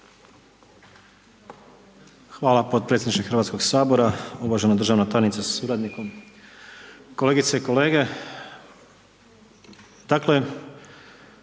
Hvala potpredsjedniče Hrvatskog sabora. Uvažena državna tajnice sa suradnikom, kolegice i kolege.